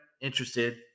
interested